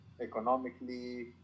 economically